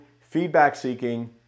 feedback-seeking